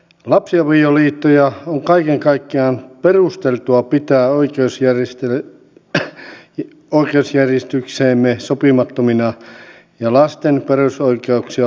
lapsiavioliittoja on kaiken kaikkiaan perusteltua pitää oikeusjärjestykseemme sopimattomina ja lasten perusoikeuksia loukkaavina